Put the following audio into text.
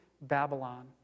Babylon